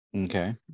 Okay